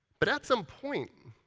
but at some point,